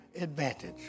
advantage